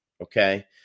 Okay